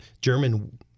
German